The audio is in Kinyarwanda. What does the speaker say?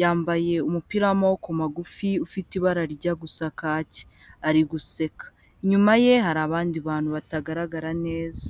yambaye umupira w'amaboko magufi ufite ibara ryo gusa kake, ari guseka, inyuma ye hari abandi bantu batagaragara neza.